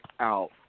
out